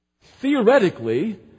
theoretically